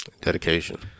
Dedication